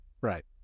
right